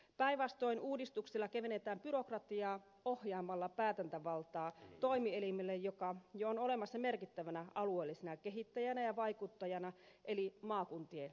päinvastoin uudistuksella kevennetään byrokratiaa ohjaamalla päätäntävaltaa toimielimelle joka jo on olemassa merkittävänä alueellisena kehittäjänä ja vaikuttajana eli maakunnan liitolle